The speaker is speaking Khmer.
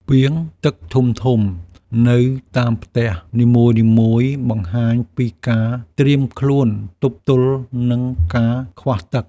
ពាងទឹកធំៗនៅតាមផ្ទះនីមួយៗបង្ហាញពីការត្រៀមខ្លួនទប់ទល់នឹងការខ្វះទឹក។